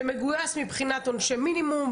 מגויס מבחינת עונשי מינימום,